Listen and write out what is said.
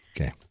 Okay